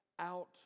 out